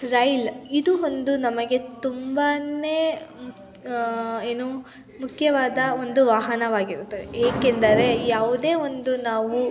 ರೈಲು ಇದು ಒಂದು ನಮಗೆ ತುಂಬಾ ಏನು ಮುಖ್ಯವಾದ ಒಂದು ವಾಹನವಾಗಿರುತ್ತದೆ ಏಕೆಂದರೆ ಯಾವುದೇ ಒಂದು ನಾವು